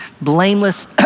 blameless